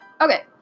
Okay